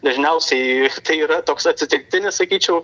dažniausiai tai yra toks atsitiktinis sakyčiau